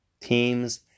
Teams